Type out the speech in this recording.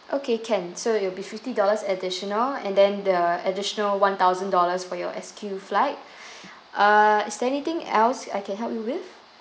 okay can so it'll be fifty dollars additional and then the additional one thousand dollars for your S Q flight uh is there anything else I can help you with